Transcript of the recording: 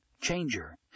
changer